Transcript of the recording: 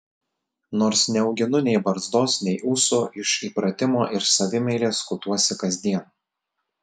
nors neauginu nei barzdos nei ūsų iš įpratimo ir savimeilės skutuosi kasdien